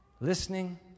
listening